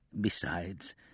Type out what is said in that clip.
Besides